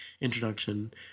introduction